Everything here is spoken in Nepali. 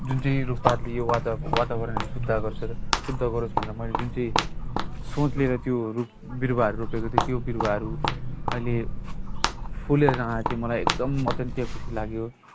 जुन चाहिँ रुखपातले यो वातावरण वातावरणहरू शुद्ध गर्छ र शुद्ध गरोस् भनेर मैले जुन चाहिँ सोच लिएर त्यो रुखबिरुवाहरू रोपेको थिएँ त्यो बिरुवाहरू अहिले फुलेर जाँदाखेरि त्यो मलाई एकदम अत्यन्त खुसी लाग्यो